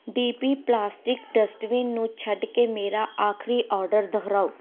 D P plastic dustbin ਨੂੰ ਛੱਡ ਕੇ ਮੇਰਾ ਆਖਰੀ ਆਰਡਰ ਦੁਹਰਾਓ